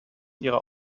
ihrer